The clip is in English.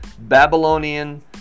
Babylonian